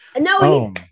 No